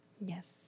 Yes